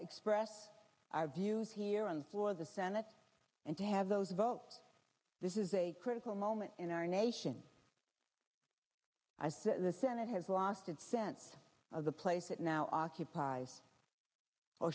hex press our views here on war the senate and to have those votes this is a critical moment in our nation as the senate has lost its sense of the place that now occupies o